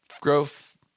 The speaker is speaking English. Growth